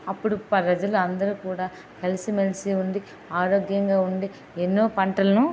అప్పుడు ప్రజలు అందరూ కూడా కలిసి మెలిసి ఉండి ఆరోగ్యంగా ఉండి ఎన్నో పంటలను